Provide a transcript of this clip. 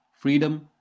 freedom